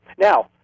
Now